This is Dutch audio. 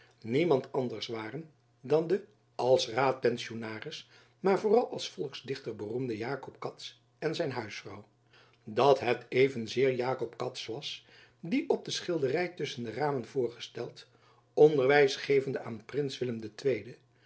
niemand anders waren dan de als raadpensionaris maar vooral als volksdichter beroemde jacob cats en zijn huisvrouw dat het evenzeer jacob cats was die op de schildery tusschen de ramen was voorgesteld onderwijs gevende aan prins willem